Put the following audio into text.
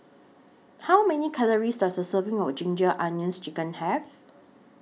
How Many Calories Does A Serving of Ginger Onions Chicken Have